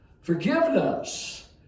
Forgiveness